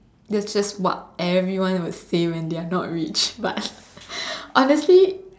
this is what everyone would say when they are not rich but honestly